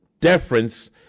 deference